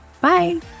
Bye